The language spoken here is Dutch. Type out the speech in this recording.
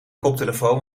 koptelefoon